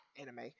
anime